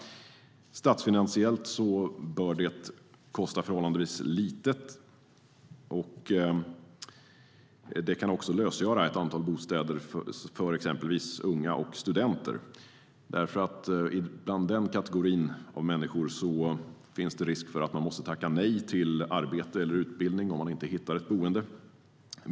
Statsfinansiellt bör det kosta förhållandevis lite. Det kan också lösgöra ett antal bostäder för exempelvis unga och studenter. I den kategorin av människor finns det risk att man måste tacka nej till arbete eller utbildning om man inte hittar ett boende.